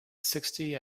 sixty